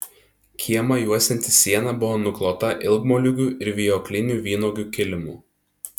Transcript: kiemą juosianti siena buvo nuklota ilgmoliūgių ir vijoklinių vynuogių kilimu